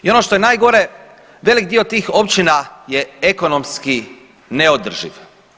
I ono što je najgore velik dio tih općina je ekonomski neodrživ.